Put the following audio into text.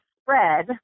spread